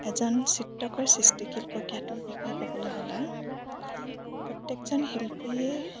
এজন চিত্ৰকৰ সৃষ্টিশিল্প প্ৰক্ৰিয়াটোৰ বিষয়ে ক'বলৈ হ'লে প্ৰত্যেকজন শিল্পীয়ে